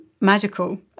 magical